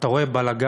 אתה רואה בלגן,